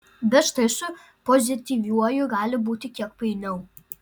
bet štai su pozityviuoju gali būti kiek painiau